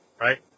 right